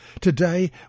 Today